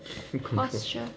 control